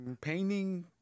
painting